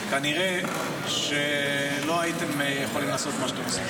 כנראה שלא הייתם יכולים לעשות את מה שאתם עושים.